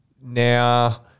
now